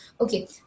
Okay